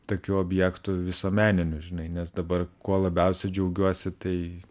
tokių objektų visuomeninių žinai nes dabar kuo labiausiai džiaugiuosi tai